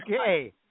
okay